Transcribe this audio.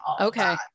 okay